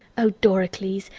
o doricles,